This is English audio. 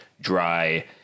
dry